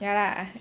ya lah